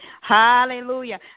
Hallelujah